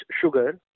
sugar